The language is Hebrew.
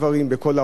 וכל העולם,